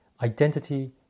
identity